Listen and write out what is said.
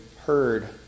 heard